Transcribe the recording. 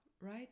right